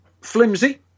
flimsy